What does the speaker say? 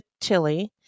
Tilly